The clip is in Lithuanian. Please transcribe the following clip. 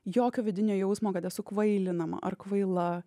jokio vidinio jausmo kad esu kvailinama ar kvaila